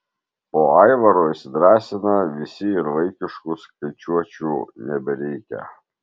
po aivaro įsidrąsina visi ir vaikiškų skaičiuočių nebereikia